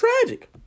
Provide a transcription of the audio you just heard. Tragic